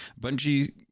Bungie